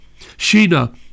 Sheena